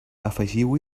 afegiu